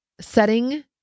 setting